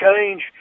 change